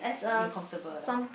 you comfortable lah